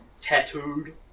tattooed